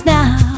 now